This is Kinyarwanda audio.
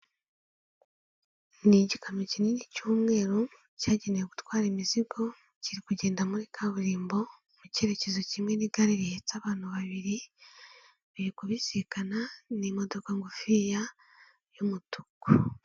Ni igikamyo kinini cy'umweru, cyagenewe gutwara imizigo, kiri kugenda muri kaburimbo mu cyerekezo kimwe n'igare rihetsa abantu babiri, biri kubisikana n'imodoka ngufiya, y'umutuku.